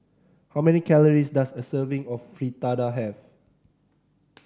how many calories does a serving of Fritada have